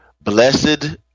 Blessed